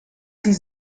sie